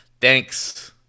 Thanks